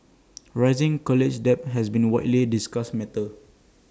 rising college debt has been A widely discussed matter